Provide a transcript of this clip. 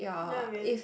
ya man